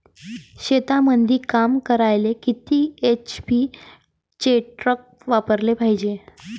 शेतीमंदी काम करायले किती एच.पी चे ट्रॅक्टर वापरायले पायजे?